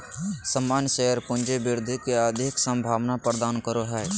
सामान्य शेयर पूँजी वृद्धि के अधिक संभावना प्रदान करो हय